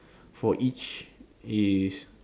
for each is